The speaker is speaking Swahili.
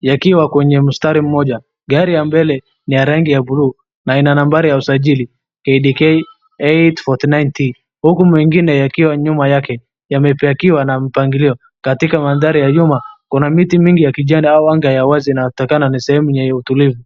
yakiwa kwenye mstari mmoja. Gari ya mbele ni ya rangi ya blue na ina nambari ya usajili KDK 849T. Huku mwingine yakiwa nyuma yake, yamepeakiwa na mpangilio. Katika mandhari ya nyuma kuna miti mingi ya kijani au anga ya wazi na utaona ni sehemu yenye utulivu.